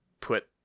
put